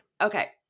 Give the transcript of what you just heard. okay